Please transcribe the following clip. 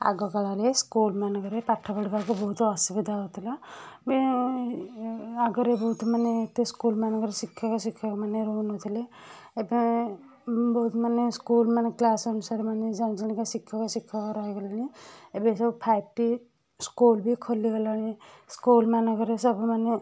ଆଗ କାଳରେ ସ୍କୁଲମାନଙ୍କରେ ପାଠ ପଢ଼ିବାକୁ ବହୁତ ଅସୁବିଧା ହଉଥୁଲା ଏବେ ଆଗରେ ବହୁତ ମାନେ ଏତେ ସ୍କୁଲ ମାନଙ୍କରେ ଶିକ୍ଷକ ଶିକ୍ଷକମାନେ ରହୁ ନଥୁଲେ ଏବେ ବହୁତ ମାନେ ସ୍କୁଲମାନେ କ୍ଲାସ ଅନୁସାରେ ମାନେ ଜଣ ଜଣିକା ଶିକ୍ଷକ ଶିକ୍ଷକ ରହିଗଲେଣି ଏବେ ସବୁ ଫାଇପଟି ସ୍କୁଲ ବି ଖୋଲି ଗଲାଣି ସ୍କୁଲମାନଙ୍କରେ ସବୁ ମାନେ